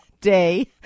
day